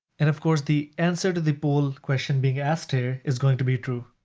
and of course, the answer to the poll question being asked here is going to be true.